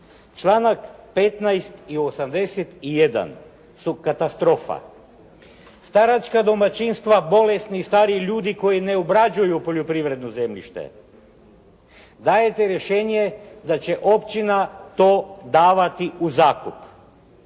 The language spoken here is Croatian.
Članak 15. i 81. su katastrofa. Staračka domaćinstva bolesni i stari ljudi koji ne obrađuju poljoprivredno zemljište. Dajete rješenje da će općina to davati u zakup.